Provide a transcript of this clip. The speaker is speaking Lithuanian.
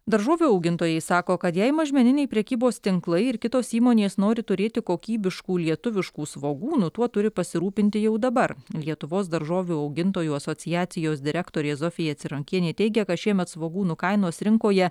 daržovių augintojai sako kad jei mažmeniniai prekybos tinklai ir kitos įmonės nori turėti kokybiškų lietuviškų svogūnų tuo turi pasirūpinti jau dabar lietuvos daržovių augintojų asociacijos direktorė zofija cironkienė teigia kad šiemet svogūnų kainos rinkoje